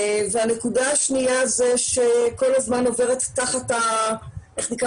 יש עוד נקודה שכל הזמן עוברת תחת הרדאר.